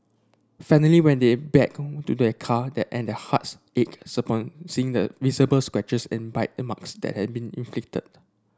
finally when they back to their car that and their hearts ached seeing the visible scratches and bite remarks that had been inflicted